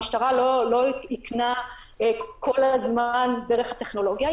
המשטרה לא איכנה כל הזמן דרך הטכנולוגיה.